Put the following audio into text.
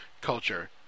culture